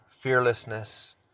fearlessness